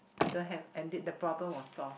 I don't have and did the problem was solve